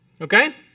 okay